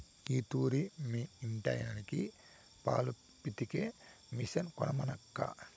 ఈ తూరి మీ ఇంటాయనకి పాలు పితికే మిషన్ కొనమనక్కా